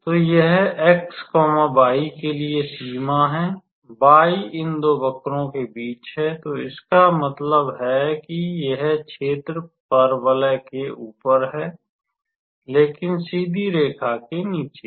तो यह x y के लिए सीमा है y इन दो वक्रो के बीच है तो इसका मतलब है कि यह क्षेत्र परवलय के ऊपर है लेकिन सीधी रेखा के नीचे है